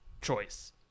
choice